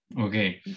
Okay